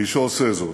מי שעושה זאת,